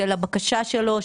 של הבקשה שלו,